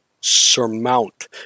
surmount